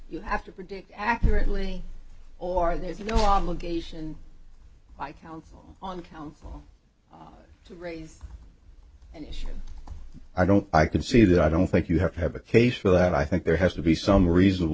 you have to produce accurately or there's no obligation by counsel on counsel to raise an issue i don't i can see that i don't think you have have a case for that i think there has to be some reasonable